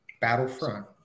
Battlefront